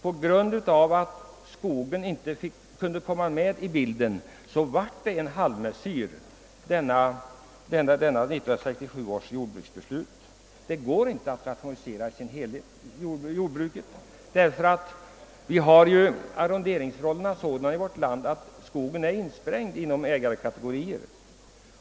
På grund av att skogen inte kunde komma med i bilden blev 1967 års jordbruksbeslut emellertid en halvmesyr. Det går inte att rationalisera jordbruket i dess helhet, eftersom arronderingsförhållandena är sådana i vårt land att skogen är insprängd i jordbruksmark.